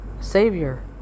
Savior